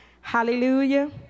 Hallelujah